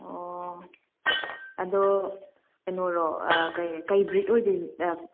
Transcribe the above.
ꯑꯣ ꯑꯗꯣ ꯀꯩꯅꯣꯔꯣ ꯀꯔꯤ ꯕ꯭ꯔꯤꯗ